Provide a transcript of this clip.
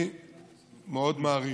אני מאוד מעריך.